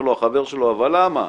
אומר לו החבר שלו: אבל למה?